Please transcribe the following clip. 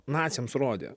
naciams rodė